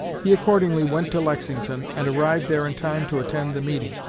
he accordingly went to lexington, and arrived there in time to attend the meeting.